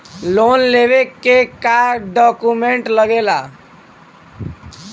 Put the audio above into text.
Loan लेवे के का डॉक्यूमेंट लागेला?